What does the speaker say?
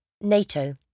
NATO